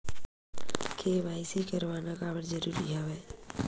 KYC करवाना काबर जरूरी हवय?